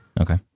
Okay